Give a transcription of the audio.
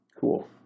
Cool